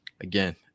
again